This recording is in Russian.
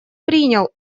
принял